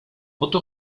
oto